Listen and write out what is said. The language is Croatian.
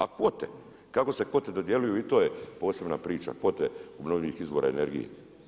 A kvote, kako se kvote dodjeljuju i to je posebna priča, kvote obnovljivih izvora energije.